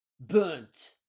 burnt